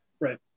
Right